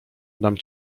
dam